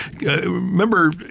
Remember